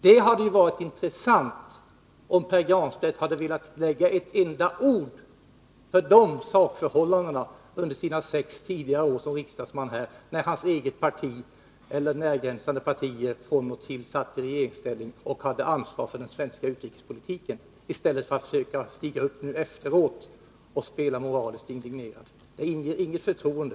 Det hade varit intressant om Pär Granstedt hade velat säga ett enda ord om de sakförhållandena under sina sex tidigare år som riksdagsman när hans eget parti, eller närgränsande partier, från och till satt i regeringsställning och hade ansvar för den svenska utrikespolitiken. Att stiga upp nu efteråt och spela moraliskt indignerad, det inger inget förtroende.